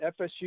FSU